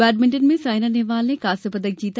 badminton में सायना नेहवाल ने कांस्य पदक जीता